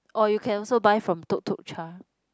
or you can also buy from Tuk Tuk Cha